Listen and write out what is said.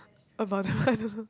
about their I don't know